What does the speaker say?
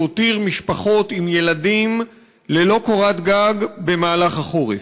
שהותיר משפחות עם ילדים ללא קורת גג במהלך החורף.